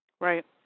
Right